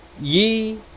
ye